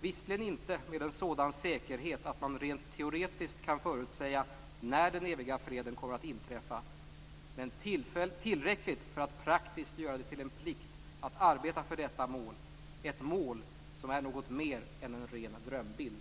visserligen inte med en sådan säkerhet att man rent teoretiskt kan förutsäga när den eviga freden kommer att inträffa, men tillräckligt för att praktiskt göra det till en plikt att arbeta för detta mål, ett mål som är något mer än en ren drömbild."